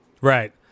right